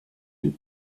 deux